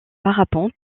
parapente